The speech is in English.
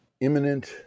imminent